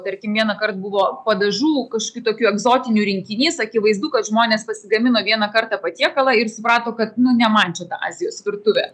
tarkim vienąkart buvo padažų kažkaip tokių egzotinių rinkinys akivaizdu kad žmonės pasigamino vieną kartą patiekalą ir suprato kad nu ne man šita azijos virtuvė